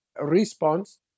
response